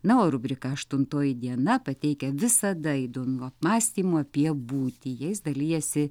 na o rubrika aštuntoji diena pateikia visada įdomių apmąstymų apie būtį jais dalijasi